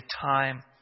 time